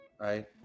right